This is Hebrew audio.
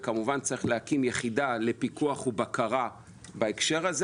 וכמובן שצריך להקים יחידה לפיקוח ובקרה בהקשר הזה.